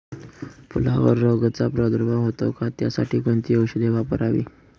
फुलावर रोगचा प्रादुर्भाव होतो का? त्यासाठी कोणती औषधे वापरावी?